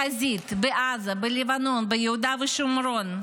בחזית, בעזה, בלבנון, ביהודה ושומרון.